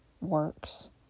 works